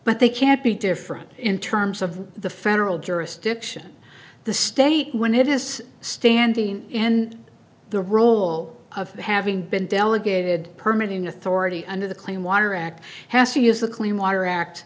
but they can't be different in terms of the federal jurisdiction the state when it is standing and the rule of having been delegated permit in authority under the clean water act has to use the clean water act